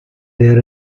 there